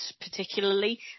particularly